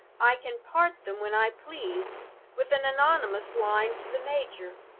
i can part them when i please with an anonymous line to the major,